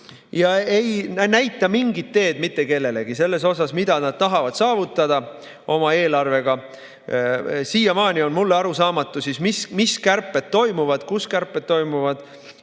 ega näita mingit teed mitte kellelegi selles mõttes, mida nad tahavad saavutada oma eelarvega. Siiamaani on mulle arusaamatu, mis kärped toimuvad, kus kärped toimuvad.